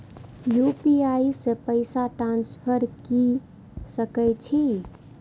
UPI से पैसा transfer की सके छी?